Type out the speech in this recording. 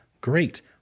great